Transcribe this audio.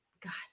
God